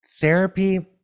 therapy